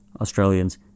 Australians